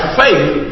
faith